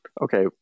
Okay